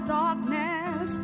darkness